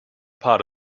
part